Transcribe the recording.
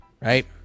right